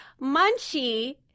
Munchie